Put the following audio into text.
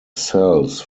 cells